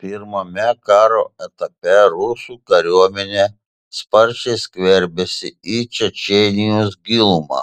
pirmame karo etape rusų kariuomenė sparčiai skverbėsi į čečėnijos gilumą